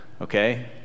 okay